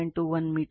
21 metre